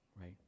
right